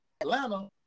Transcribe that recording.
Atlanta